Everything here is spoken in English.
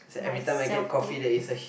myself too